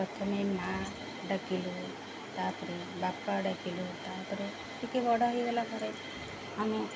ପ୍ରଥମେ ମାଆ ଡାକିଲୁ ତା'ପରେ ବାପା ଡାକିଲୁ ତା'ପରେ ଟିକେ ବଡ଼ ହେଇଗଲା ପରେ ଆମେ